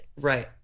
Right